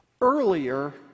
earlier